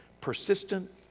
persistent